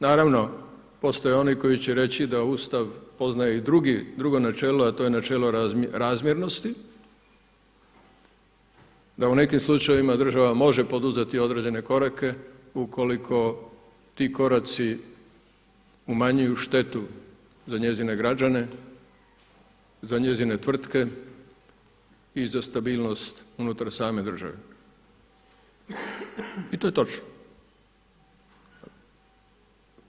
Naravno, postoje oni koji će reći da Ustav poznaje i drugo načelo, a to je načelo razmjernosti, da u nekim slučajevima država može poduzeti određene korake ukoliko ti koraci umanjuju štetu za njezine građane, za njezine tvrtke i za stabilnost unutar same države i to je točno.